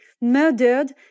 murdered